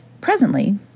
presently